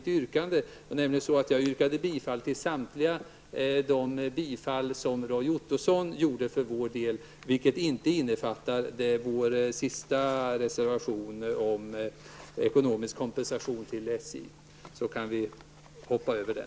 Jag yrkade nämligen bifall till det som Roy Ottosson för vår del yrkat bifall till, vilket inte innefattar vår reservation nr 9 om ekonomisk kompensation till SJ. Vi kan hoppa över den.